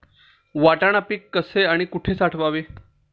वाटाणा पीक कसे आणि कुठे साठवावे?